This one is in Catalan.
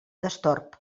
destorb